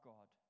God